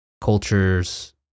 cultures